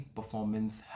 Performance